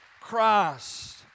Christ